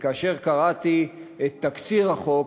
כאשר קראתי את תקציר החוק,